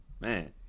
man